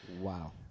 wow